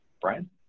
Brian